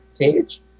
page